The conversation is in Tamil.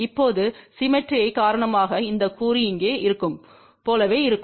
இப்போது சிம்மெட்ரிமை காரணமாக இந்த கூறு இங்கே இருக்கும் போலவே இருக்கும்